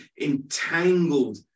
entangled